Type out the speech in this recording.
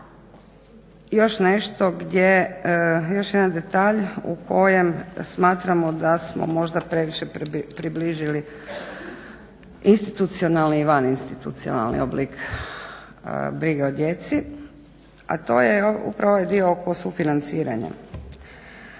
toga, još jedan detalj u kojem smatramo da smo možda previše približili institucionalni i vaninstitucionalni oblik brige o djeci, a to je upravo ovaj dio oko sufinanciranja.